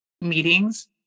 meetings